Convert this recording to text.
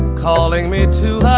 calling me to